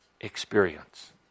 experience